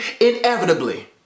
inevitably